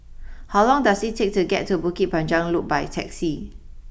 how long does it take to get to Bukit Panjang Loop by taxi